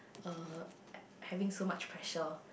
uh having so much pressure